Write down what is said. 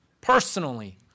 personally